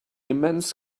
immense